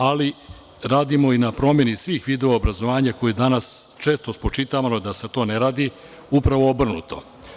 Ali, radimo i na promeni svih vidova obrazovanja, što je danas često spočitavano da se to ne radi, a upravo je obrnuto.